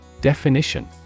Definition